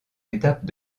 étapes